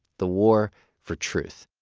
the war for truth.